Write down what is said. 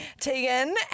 Tegan